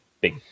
big